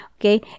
Okay